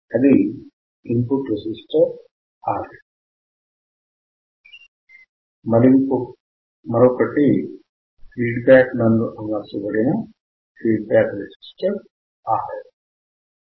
అది input resistor Rin మరొక్కటి feedback నందు అమర్చబడిన ఫీడ్ బ్యాక్ రెసిస్టర్ Rf